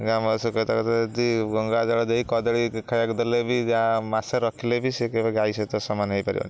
ଗଙ୍ଗା ଜଳ ଦେଇ କଦଳୀ ଖାଇବାକୁ ଦେଲେ ବି ଯାହା ମାସେ ରଖିଲେ ବି ସେ କେବେ ଗାଈ ସହିତ ସମାନ ହୋଇପାରିବନ